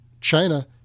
China